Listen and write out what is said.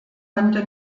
konnte